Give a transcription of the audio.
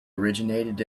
originated